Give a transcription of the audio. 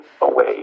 away